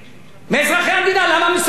למה משרד האוצר לא הביא את זה לפני שנה?